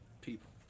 people